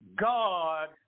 God